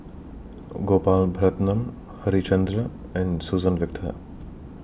Gopal Baratham Harichandra and Suzann Victor